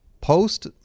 Post